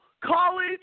college